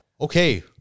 Okay